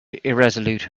irresolute